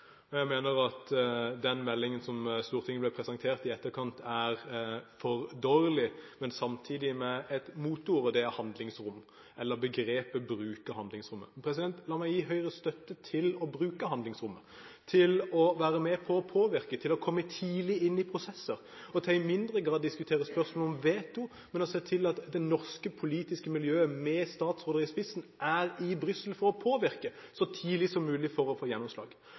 det er «handlingsrom» – eller begrepet «bruke handlingsrommet». La meg gi Høyres støtte til å bruke handlingsrommet, til å være med på å påvirke, til å komme tidlig inn i prosesser og til i mindre grad å diskutere spørsmål om veto, men å se til at det norske politiske miljøet, med statsråder i spissen, er i Brussel for å påvirke så tidlig som mulig for å få gjennomslag.